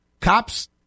Cops